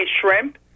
shrimp